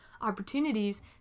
opportunities